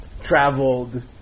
traveled